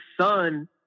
son